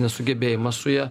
nesugebėjimas su ja